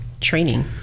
training